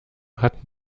hat